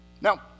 Now